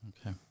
Okay